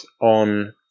on